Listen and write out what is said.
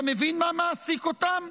אתה מבין מה מעסיק אותם?